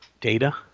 Data